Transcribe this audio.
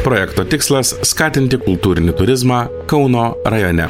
projekto tikslas skatinti kultūrinį turizmą kauno rajone